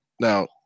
now